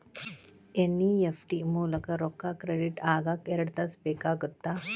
NEFT ಮೂಲಕ ರೊಕ್ಕಾ credit ಆಗಾಕ ಎರಡ್ ತಾಸ ಬೇಕಾಗತ್ತಾ